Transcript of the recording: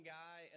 guy